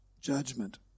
judgment